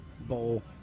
Bowl